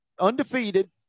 undefeated